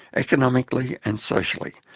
economically and socially,